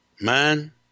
Man